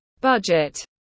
budget